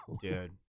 Dude